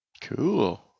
Cool